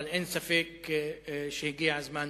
אבל אין ספק שהגיע הזמן